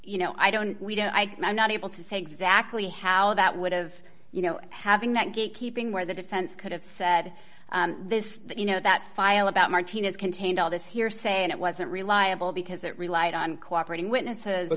you know i don't we don't i i'm not able to say exactly how that would've you know having that gate keeping where the defense could have said this you know that file about martinez contained all this hearsay and it wasn't reliable because it relied on cooperating witness